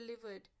delivered